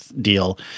deal